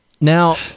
Now